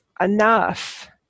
enough